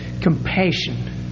compassion